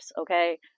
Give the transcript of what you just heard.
okay